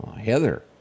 Heather